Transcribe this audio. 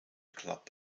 club